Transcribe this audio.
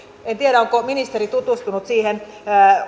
en tiedä onko ministeri tutustunut siihen